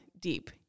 deep